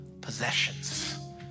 possessions